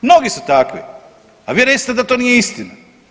Mnogi su takvi, a vi recite da to nije istina.